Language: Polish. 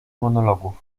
monologów